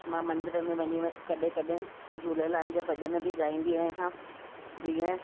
मां मंदर में वञी कॾहिं कॾहिं झूलेलाल जा भॼन बि ॻाईंदी आहियां जीअं